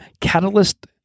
catalyst